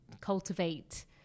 cultivate